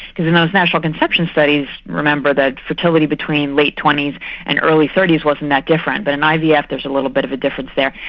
in those natural conception studies remember that fertility between late twenty s and early thirty s wasn't that different, but in ivf yeah there's a little bit of a difference there,